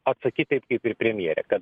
atsakyt taip kaip ir premjerė kad